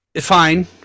fine